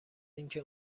اینکه